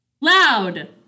Loud